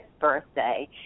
birthday